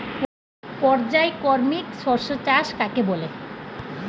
পর্যায়ক্রমিক শস্য চাষ কাকে বলে?